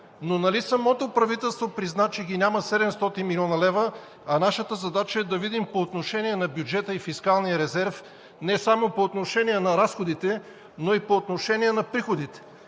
Но нали самото правителство призна, че няма 700 млн. лв.? А нашата задача е да видим по отношение на бюджета и фискалния резерв, не само по отношение на разходите, но и по отношение на приходите,